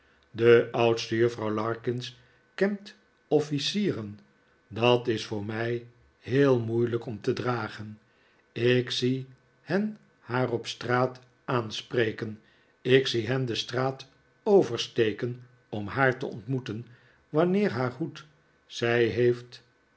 de oudste juffrouw larkins kent officieren dat is voor mij heel moeilijk om te dragen ik zie hen haar op straat aanspreken ik zie hen de straat oversteken om haar te ontmoeten wanneer haar hoed zij heeft